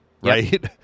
right